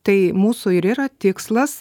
tai mūsų ir yra tikslas